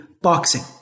boxing